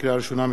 לקריאה ראשונה,